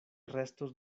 restos